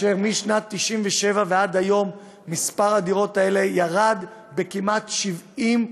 משנת 1977 ועד היום מספר הדירות האלה ירד כמעט ב-70%,